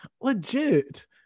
legit